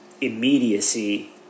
immediacy